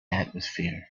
atmosphere